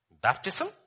Baptism